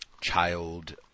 child